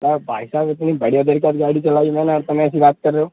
तब भाई साब इतनी बढ़िया तरीका से गाड़ी चलाई है मैंने और तुम ऐसी बात कर रहे हो